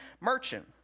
merchant